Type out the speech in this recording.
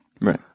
Right